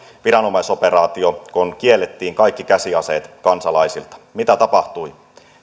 viranomaisoperaatio kun kiellettiin kaikki käsiaseet kansalaisilta mitä tapahtui